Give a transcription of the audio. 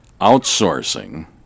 outsourcing